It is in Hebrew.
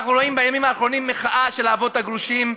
אנחנו רואים בימים האחרונים מחאה של האבות הגרושים.